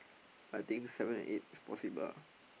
I think seven and eight is possible ah